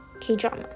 k-drama